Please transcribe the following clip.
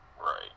right